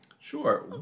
Sure